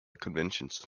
conventions